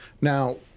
Now